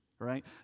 right